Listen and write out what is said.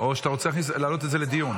או שאתה רוצה להעלות את זה לדיון?